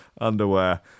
underwear